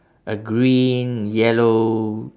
a green yellow